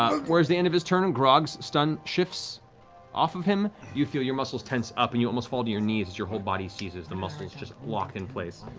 um towards the end of his turn, and grog's stun shifts off of him, you feel your muscles tense up and you almost fall to your knees as your whole body seizes, the muscles just lock in place.